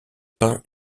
peints